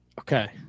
Okay